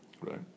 right